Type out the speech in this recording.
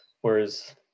whereas